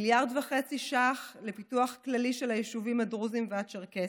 1.5 מיליארד ש"ח לפיתוח כללי של היישובים הדרוזיים והצ'רקסיים,